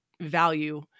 value